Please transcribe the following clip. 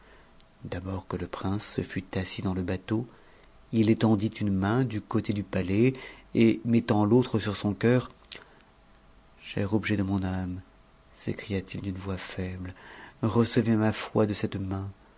d'abord que le prince se fut assis dans le bateau il étendit une main du côté du palais et mettant l'autre sur son coeur cher objet de mon âme s'écria-t-il d'une voix faible recevez ma foi de cette main